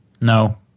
No